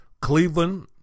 Cleveland